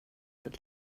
att